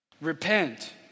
Repent